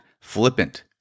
flippant